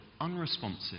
unresponsive